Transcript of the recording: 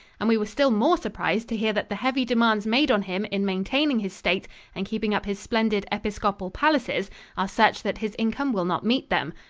and we were still more surprised to hear that the heavy demands made on him in maintaining his state and keeping up his splendid episcopal palaces are such that his income will not meet them.